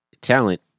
talent